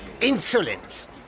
Insolence